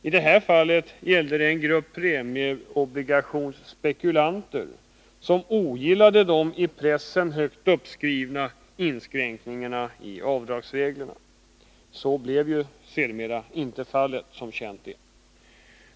I detta fallet gällde det en grupp premieobligationsspekulanter, som ogillade de i pressen högt uppskrivna inskränkningarna i avdragsreglerna. Dessa blev ju, som känt är, sedermera inte verklighet.